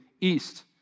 east